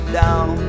down